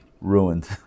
Ruined